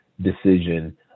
decision